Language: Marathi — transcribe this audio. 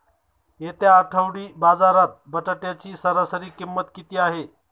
येत्या आठवडी बाजारात बटाट्याची सरासरी किंमत किती आहे?